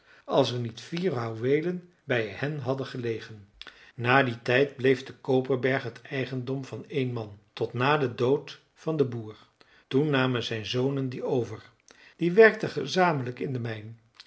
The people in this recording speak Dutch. als er niet vier houweelen bij hen hadden gelegen na dien tijd bleef de koperberg het eigendom van één man tot na den dood van den boer toen namen zijn zonen die over die werkten gezamenlijk in de mijn